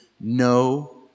no